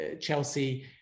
Chelsea